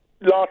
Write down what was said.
last